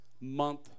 month